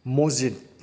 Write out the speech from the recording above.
मसजिद